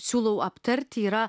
siūlau aptarti yra